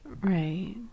right